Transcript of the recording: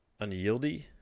Unyieldy